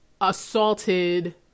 assaulted